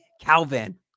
Calvin